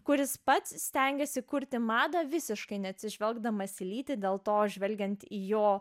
kuris pats stengiasi kurti madą visiškai neatsižvelgdamas į lytį dėl to žvelgiant į jo